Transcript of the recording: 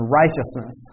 righteousness